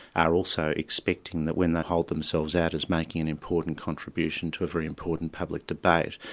are also expecting that when they hold themselves out as making an important contribution to a very important public debate,